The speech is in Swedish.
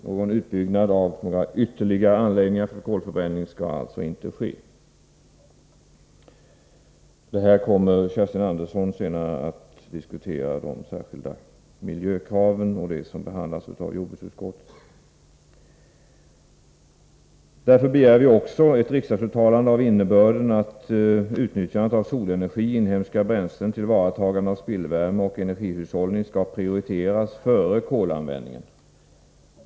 Någon utbyggnad av ytterligare anläggningar för kolförbränning skall alltså inte ske. De särskilda miljökraven som behandlats av jordbruksutskottet kommer Kerstin Andersson senare att ta upp. Därmed har jag berört det jag ville säga om reservation 2, som jag yrkar bifall till. Vi begär också ett riksdagsuttalande av innebörden att utnyttjandet av solenergi, inhemska bränslen, tillvaratagande av spillvärme och energihushållning skall prioriteras före kolanvändningen.